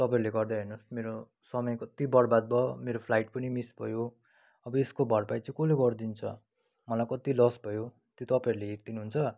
तपाईँहरूले गर्दा हेर्नुहोस् मेरो समय कति बर्बाद भयो मेरो फ्लाइट पनि मिस भयो अब यसको भरपाई चाहिँ कसले गरिदिन्छ मलाई कति लस भयो त्यो तपाईँहरूले हेरिदिनु हुन्छ